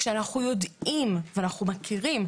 כשאנחנו יודעים ואנחנו מכירים,